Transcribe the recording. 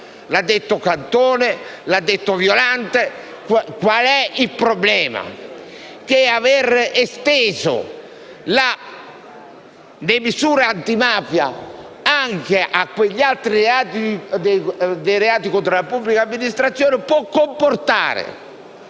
l'ha detto Cantone e l'ha detto Violante. Qual è il problema? Il problema è che aver esteso le misure antimafia anche ai reati contro la pubblica amministrazione può comportare